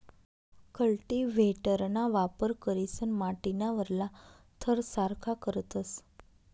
कल्टीव्हेटरना वापर करीसन माटीना वरला थर सारखा करतस